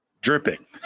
dripping